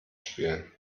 spielen